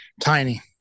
tiny